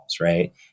Right